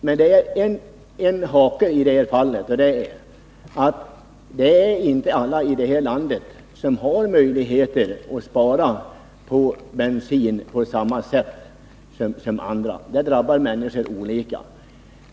Men det är en hake i resonemanget, och det är att alla i detta land inte har möjligheter att spara bensin på samma sätt — beskattningen drabbar människor olika.